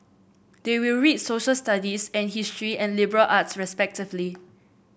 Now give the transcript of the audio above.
they will read Social Studies and history and liberal arts respectively